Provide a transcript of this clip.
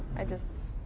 i just,